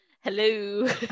Hello